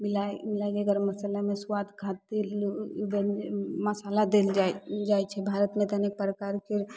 मिलै मिलैके गरम मसालामे सुआद खातिर लोक बनै मसाला देल जा जाइ छै भारतमे तऽ अनेक प्रकारके